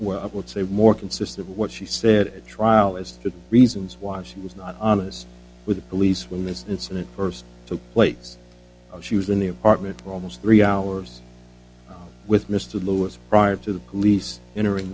well i would say more consists of what she said at trial as the reasons why she was not honest with the police when this incident first two plates she was in the apartment for almost three hours with mr lewis prior to the police entering